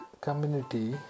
community